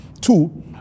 Two